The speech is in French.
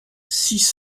six